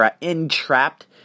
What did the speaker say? entrapped